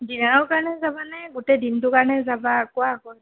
ডিনাৰৰ কাৰণে যাবানে গোটেই দিনটোৰ কাৰণে যাবা কোৱা আকৌ সেইটো